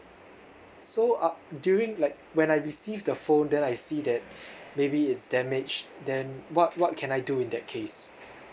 so uh during like when I receive the phone then I see that maybe it's damaged then what what can I do in that case